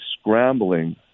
scrambling